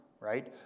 right